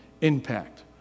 impact